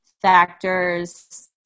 factors